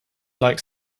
likes